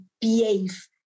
behave